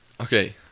okay